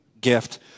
gift